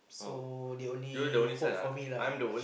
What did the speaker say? so they only hope for me lah